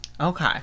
Okay